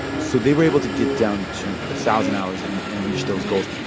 so they were able to get down to a thousand hours and and reach those goals.